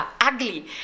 ugly